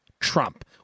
Trump